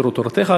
הפרו תורתך.